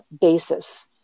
basis